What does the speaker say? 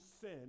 sin